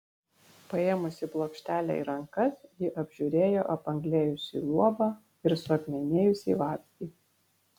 paėmusi plokštelę į rankas ji apžiūrėjo apanglėjusį luobą ir suakmenėjusį vabzdį